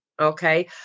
Okay